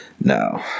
no